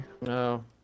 No